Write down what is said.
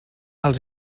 els